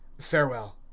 farewell.